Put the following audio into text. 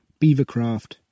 Beavercraft